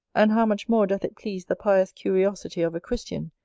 and how much more doth it please the pious curiosity of a christian,